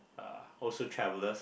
uh also travellers